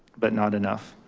but not enough.